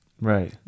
Right